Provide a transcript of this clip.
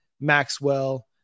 Maxwell